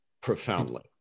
profoundly